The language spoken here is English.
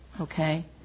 Okay